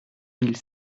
mille